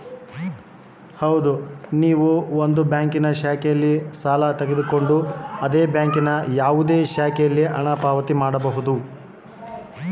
ನಾನು ಒಂದು ಬ್ಯಾಂಕಿನಲ್ಲಿ ಸಾಲ ತಗೊಂಡು ಅದೇ ಬ್ಯಾಂಕಿನ ಬೇರೆ ಬ್ರಾಂಚಿನಲ್ಲಿ ಹಣ ಜಮಾ ಮಾಡಬೋದ?